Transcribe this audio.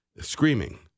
screaming